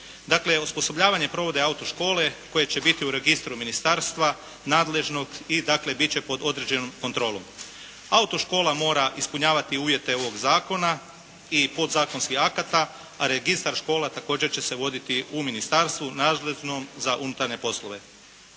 Dakle osposobljavanje provode autoškole koje će biti u registru ministarstva nadležnog i dakle biti će pod određenom kontrolom. Autoškola mora ispunjavati uvjete ovog zakona i podzakonskih akta, a registar škola također će se voditi u ministarstvu nadležnom za unutarnje poslove.